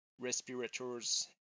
respirators